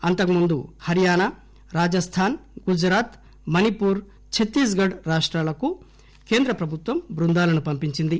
అంతకుముందు హర్చానా రాజస్థాన్ గుజరాత్ మణిపూర్ చత్తీస్ గడ్ రాష్టాలకు కేంద్రం బృందాలను పంపించింది